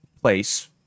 place